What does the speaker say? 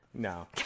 No